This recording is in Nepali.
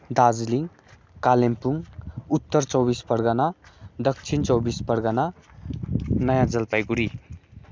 दार्जिलिङ कालिम्पोङ उत्तर चौबिस परगना दक्षिण चौबिस परगना नयाँ जलपाइगढी